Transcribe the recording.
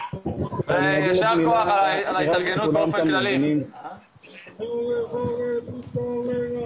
קודם כל לשמור על התכנון,